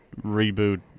reboot